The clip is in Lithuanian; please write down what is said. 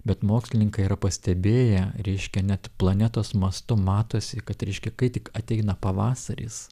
bet mokslininkai yra pastebėję reiškia net planetos mastu matosi kad reiškia kai tik ateina pavasaris